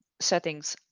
settings.